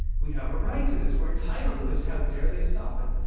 we have a right to this. we're entitled to this. how dare they stop it?